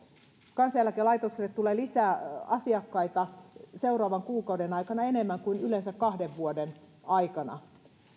kansaneläkelaitokselle tulee lisää asiakkaita seuraavan kuukauden aikana enemmän kuin yleensä kahden vuoden aikana